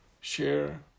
share